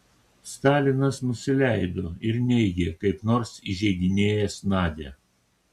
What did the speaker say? stalinas nusileido ir neigė kaip nors įžeidinėjęs nadią